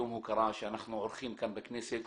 יום הוקרה שאנחנו עורכים כאן בכנסת,